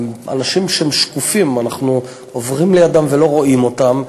אנשים שקופים, אנחנו עוברים לידם ולא רואים אותם.